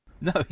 No